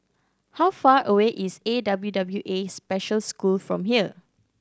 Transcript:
how far away is A W W A Special School from here